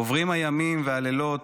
עוברים הימים והלילות,